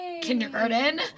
Kindergarten